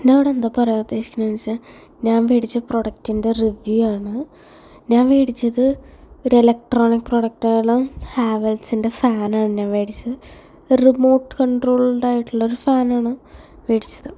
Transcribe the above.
ഞാനിവിടെ എന്താ പറയാൻ ഉദ്ദേശിക്കണത് എന്നു വച്ചാൽ ഞാൻ വേടിച്ച പ്രൊഡക്ടിൻ്റെ റിവ്യൂ ആണ് ഞാൻ വേടിച്ചത് ഒരു ഇലക്ട്രോണിക് പ്രൊഡക്ടായുള്ള ഹാവെൽസിൻ്റെ ഫാനാണ് ഞാൻ വേടിച്ചത് ഒര് റിമോട്ട് കൺട്രോൾഡായിട്ടുള്ള ഒരു ഫാനാണ് വേടിച്ചത്